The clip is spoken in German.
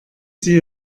sie